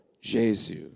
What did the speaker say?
Jesus